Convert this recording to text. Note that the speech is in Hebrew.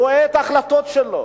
רואה את ההחלטות שלו,